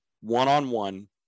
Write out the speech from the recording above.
one-on-one